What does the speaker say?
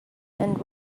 and